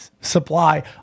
supply